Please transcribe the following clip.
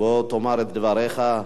בוא תאמר את דבריך.